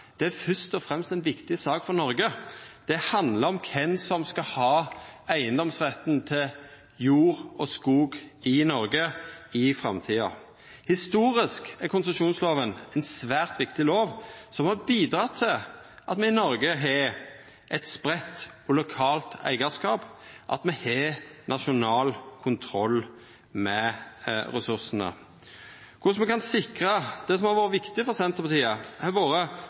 Det er fyrst og fremst ei viktig sak for Noreg. Det handlar om kven som skal ha eigedomsretten til jord og skog i Noreg i framtida. Historisk er konsesjonslova ei svært viktig lov, som har bidrege til at me i Noreg har eit spreitt og lokalt eigarskap, at me har nasjonal kontroll med ressursane. Det som har vore viktig for Senterpartiet, har vore